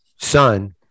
son